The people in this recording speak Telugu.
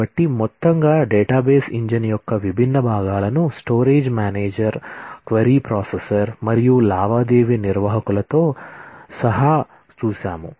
కాబట్టి మొత్తంగా డేటాబేస్ ఇంజిన్ మరియు లావాదేవీ నిర్వాహకులతో సహా చూశాము